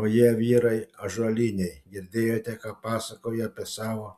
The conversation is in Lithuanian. o jie vyrai ąžuoliniai girdėjote ką pasakojo apie savo